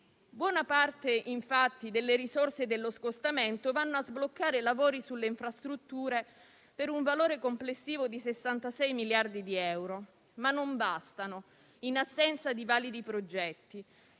Buona parte delle risorse dello scostamento, infatti, sono destinate a sbloccare lavori sulle infrastrutture, per un valore complessivo di 66 miliardi di euro, ma non bastano, in assenza di validi progetti.